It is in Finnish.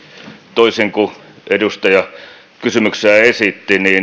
toisin kuin edustaja kysymyksessään esitti